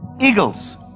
Eagles